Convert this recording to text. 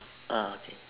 ah okay